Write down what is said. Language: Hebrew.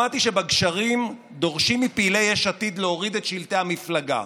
שמעתי שבגשרים דורשים מפעילי יש עתיד להוריד את שלטי המפלגה.